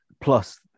Plus